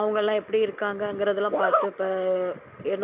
அவங்களாம் எப்படி இருக்காங்ககருதுலாம் பார்த்து ப